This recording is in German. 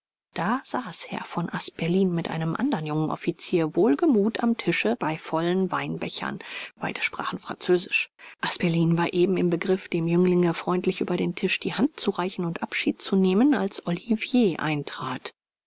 da saß herr von asperlin mit einem andern jungen offizier wohlgemut am tische bei vollen weinbechern beide sprachen französisch asperlin war eben im begriff dem jünglinge freundlich über den tisch die hand zu reichen und abschied zu nehmen als olivier eintrat